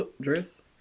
dress